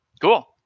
Cool